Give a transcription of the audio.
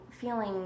feeling